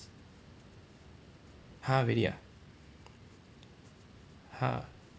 !huh! really ah !huh!